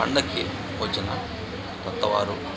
పండుగకి వచ్చిన కొత్తవారు